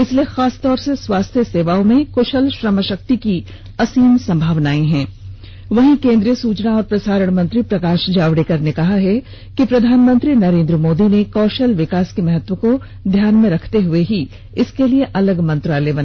इसलिए खासतौर से स्वास्थ्य सेवाओं में कृशल श्रमशक्ति की असीम संभावनाएं हैं वहीं केन्द्रीय सूचना और प्रसारण मंत्री प्रकाश जावडेकर ने कहा है कि प्रधानमंत्री नरेन्द्र मोदी ने कौशल विकास के महत्व को ध्यान में रखते हुए ही इसके लिये अलग मंत्रालय बनाया है